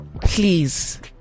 Please